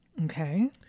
Okay